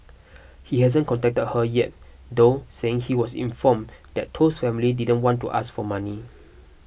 he hasn't contacted her yet though saying he was informed that Toh's family didn't want to ask for money